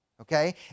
okay